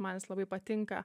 man jis labai patinka